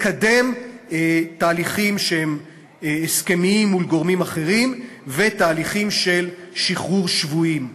לקדם תהליכים שהם הסכמיים מול גורמים אחרים ותהליכים של שחרור שבויים.